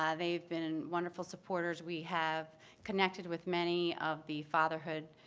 ah they've been wonderful supporters. we have connected with many of the fatherhood